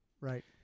Right